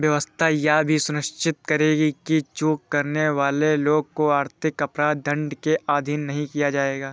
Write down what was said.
व्यवस्था यह भी सुनिश्चित करेगी कि चूक करने वाले लोगों को आर्थिक अपराध दंड के अधीन नहीं किया जाएगा